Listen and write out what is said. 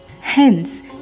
Hence